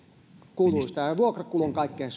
kuluista ja ja vuokrakulu on kaikkein